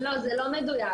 זה לא מדויק.